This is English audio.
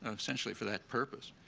essentially for that purpose.